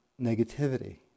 negativity